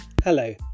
Hello